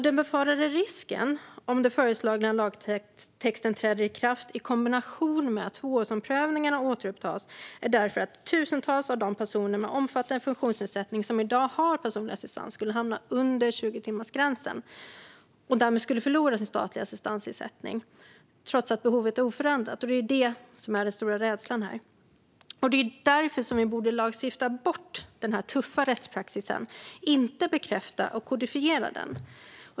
Den befarade risken om den föreslagna lagändringen träder i kraft är att den, i kombination med att tvåårsomprövningarna återupptas, leder till att tusentals av de personer med omfattande funktionsnedsättning som i dag har personlig assistans hamnar under 20-timmarsgränsen. Därmed skulle de förlora sin statliga assistansersättning, trots att behovet är oförändrat. Det är det som är den stora rädslan här. Det är därför vi borde lagstifta bort denna tuffa rättspraxis, inte bekräfta och kodifiera den.